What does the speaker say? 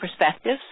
perspectives